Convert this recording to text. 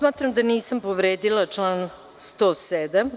Smatram da nisam povredila član 107.